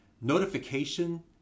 notification